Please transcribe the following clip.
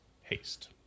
haste